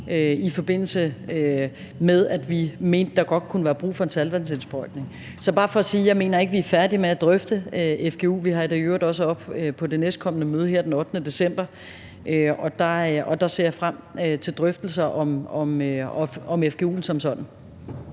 i forbindelse med at vi mente, at der godt kunne være brug for en saltvandsindsprøjtning. Så det er bare for at sige, at jeg ikke mener, at vi er færdige med at drøfte fgu. Vi har det i øvrigt også oppe på det næstkommende møde her den 8. december, og der ser jeg frem til drøftelser om fgu'en som sådan.